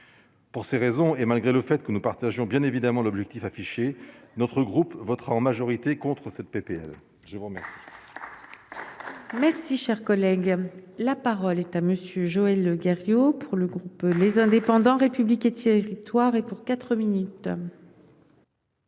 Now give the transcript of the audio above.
Pour ces raisons, et malgré le fait que nous partagions bien évidemment l'objectif affiché notre groupe votera en majorité contre cette PPL je vous remercie. Merci, cher collègue, la parole est à monsieur Joël Guerriau pour le groupe, les indépendants, République et Thierry victoire et pour 4 minutes.